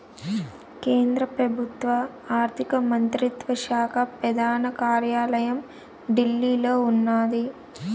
కేంద్ర పెబుత్వ ఆర్థిక మంత్రిత్వ శాక పెదాన కార్యాలయం ఢిల్లీలో ఉన్నాది